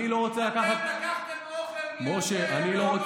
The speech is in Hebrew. אתם לקחתם אוכל מילדי המעונות, מילדי האברכים